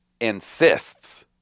insists